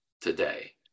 today